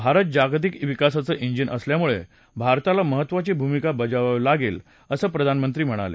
भारत जागतिक विकासाचं इंजिन असल्यामुळे भारताला महत्त्वाची भूमिका बजावावी लागेल असं प्रधानमंत्री म्हणाले